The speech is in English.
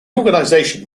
organisation